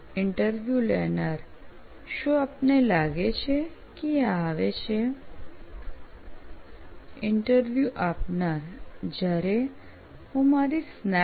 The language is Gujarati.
ઈન્ટરવ્યુ લેનાર શું આપને લાગે છે કે આ આવે છે ઈન્ટરવ્યુ આપનાર જ્યારે હું મારી SNAP